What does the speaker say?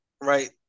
right